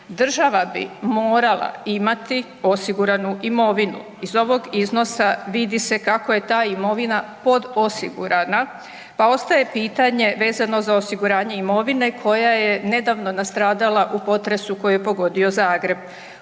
Država bi morala imati osiguranu imovinu. Iz ovog iznosa vidi se kako je ta imovina podosigurana pa ostaje pitanje vezano uz osiguranje imovine koja je nedavno nastradala koji je pogodio Zagreb.